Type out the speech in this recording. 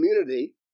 community